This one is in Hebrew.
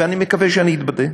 ואני מקווה שאני אתבדה.